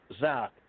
Zach